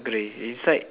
grey inside